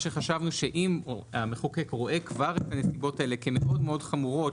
חשבנו שאם המחוקק רואה כבר את הנסיבות האלה כמאוד מאוד חמורות,